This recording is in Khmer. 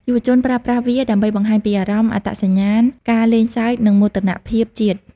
យុវជនប្រើប្រាស់វាដើម្បីបង្ហាញពីអារម្មណ៍ អត្តសញ្ញាណ ការលេងសើច និងមោទនភាពជាតិ។